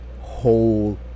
whole